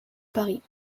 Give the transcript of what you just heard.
paris